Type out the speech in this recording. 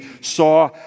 saw